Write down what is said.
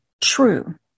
true